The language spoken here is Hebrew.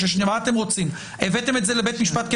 הבאתם את זה לבית משפט,